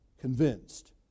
convinced